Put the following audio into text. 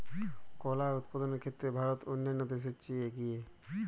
কলা উৎপাদনের ক্ষেত্রে ভারত অন্যান্য দেশের চেয়ে এগিয়ে